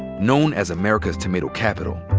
known as america's tomato capital,